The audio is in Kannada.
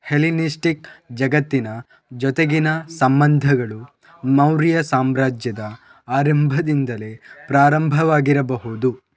ಹೆಲಿನಿಸ್ಟಿಕ್ ಜಗತ್ತಿನ ಜೊತೆಗಿನ ಸಂಬಂಧಗಳು ಮೌರ್ಯ ಸಾಮ್ರಾಜ್ಯದ ಆರಂಭದಿಂದಲೇ ಪ್ರಾರಂಭವಾಗಿರಬಹುದು